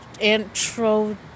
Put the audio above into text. intro